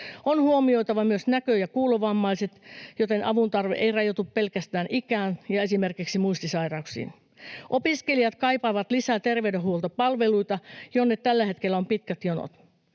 On huomioitava myös näkö- ja kuulovammaiset, joten avun tarve ei rajoitu pelkästään ikään ja esimerkiksi muistisairauksiin. Opiskelijat kaipaavat lisää terveydenhuoltopalveluita, joihin tällä hetkellä on pitkät jonot.